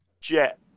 Jet